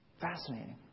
Fascinating